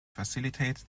facilitate